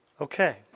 Okay